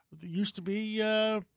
used-to-be